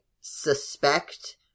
suspect